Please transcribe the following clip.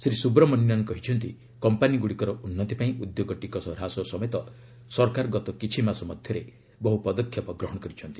ଶ୍ରୀ ସୁବ୍ରମନ୍ୟନ କହିଛନ୍ତି କମ୍ପାନୀଗୁଡ଼ିକର ଉନ୍ନତି ପାଇଁ ଉଦ୍ୟୋଗ ଟିକସ ହ୍ରାସ ସମେତ ସରକାର ଗତ କିଛି ମାସ ମଧ୍ୟରେ ବହୁ ପଦକ୍ଷେପ ଗ୍ରହଣ କରିଛନ୍ତି